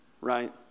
right